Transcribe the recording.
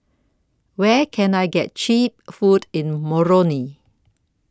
Where Can I get Cheap Food in Moroni